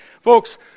Folks